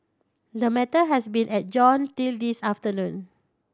the matter has been adjourned till this afternoon